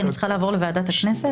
אני צריכה לעבור לוועדת הכנסת.